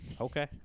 Okay